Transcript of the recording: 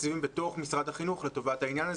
תקציבים בתוך משרד החינוך לטובת העניין הזה.